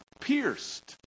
pierced